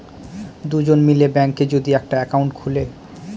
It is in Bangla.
দুজন মিলে ব্যাঙ্কে যদি একটা একাউন্ট খুলে